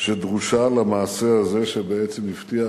שדרושה למעשה הזה שבעצם הבטיח